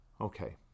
Okay